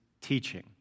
teaching